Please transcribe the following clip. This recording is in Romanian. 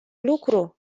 lucru